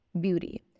beauty